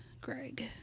Greg